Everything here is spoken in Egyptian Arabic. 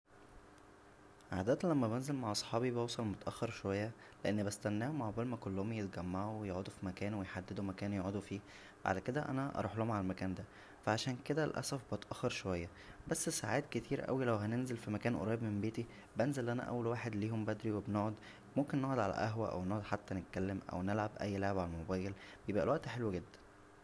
عادة لما بنزل مع صحابى بوصل متاخر شويه لان بستناهم عقبال ما كلهم يتجمعوا و يقعدو فمكان ويحددو مكان يقعدو فيه بع كدا انا اروحلهم عالمكان دا فا عشان كدا للاسف بتاخر شويه بس ساعات كتير اوى لو هننزل فمكان قريب من بيتى بنزل انا اول واحد ليهم بدرى وبنقعد ممكن نقعد على قهوه او نقعد حتى نتكلم او نلعب اى لعبه عالموبايل بيبقى الوقت حلو جدا